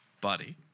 buddy